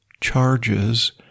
charges